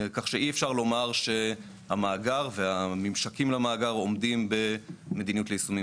כך שאי אפשר לומר שהמאגר והממשקים למאגר עומדים במדיניות ליישומים